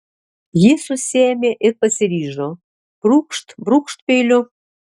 ji susiėmė ir pasiryžo brūkšt brūkšt peiliu